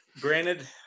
granted